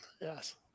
Yes